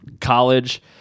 college